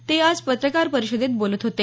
ते आज पत्रकार परिषदेत बोलत होते